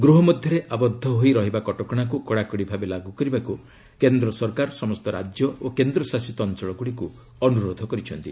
ଗୃହ ମଧ୍ୟରେ ଆବଦ୍ଧ ହୋଇ ରହିବା କଟକଶାକୁ କଡ଼ାକଡ଼ି ଭାବେ ଲାଗୁ କରିବାକୁ କେନ୍ଦ୍ର ସରକାର ସମସ୍ତ ରାଜ୍ୟ ଓ କେନ୍ଦ୍ରଶାସିତ ଅଞ୍ଚଳଗୁଡ଼ିକୁ ଅନୁରୋଧ କରିଛନ୍ତି